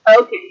Okay